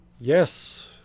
Yes